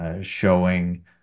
showing